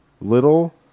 little